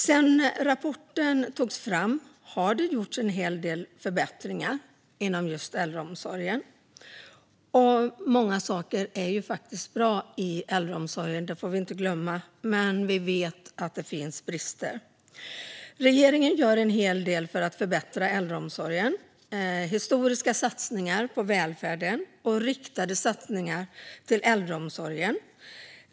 Sedan rapporten togs fram har det gjorts en hel del förbättringar inom just äldreomsorgen. Många saker är faktiskt bra i äldreomsorgen - det får vi inte glömma. Men vi vet att det finns brister. Regeringen gör en hel del för att förbättra äldreomsorgen: historiska satsningar på välfärden och riktade satsningar på äldreomsorgen.